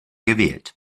gewählt